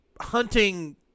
hunting